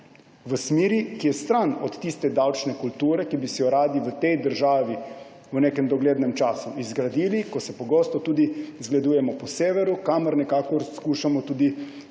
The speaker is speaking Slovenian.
v smeri, ki je daleč od tiste davčne kulture, ki bi si jo radi v tej državi v nekem doglednem času izgradili, ko se pogosto tudi zgledujemo po severu, ki mu nekako skušamo tudi slediti,